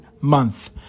month